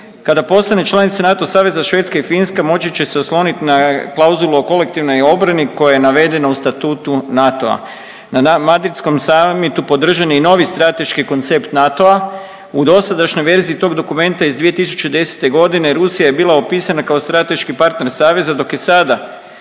Kada postane članica NATO saveza Švedska i Finska moći će oslonit na klauzulu o kolektivnoj obrani koja je navedena u statutu NATO-a. Na Madridskom samitu podržan je i novi strateški koncept NATO-a. U dosadašnjoj verziji tog dokumenta iz 2010. godine Rusija je bila opisana kao strateški partner saveza dok je sada